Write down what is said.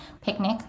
picnic